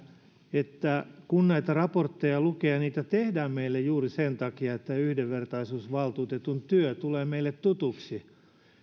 kun näitä raportteja lukee että niitä tehdään meille juuri sen takia että yhdenvertaisuusvaltuutetun työ tulee meille tutuksi